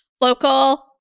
local